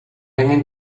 angen